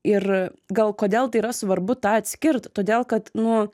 ir gal kodėl tai yra svarbu tą atskirt todėl kad nu